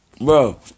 Bro